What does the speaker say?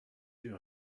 you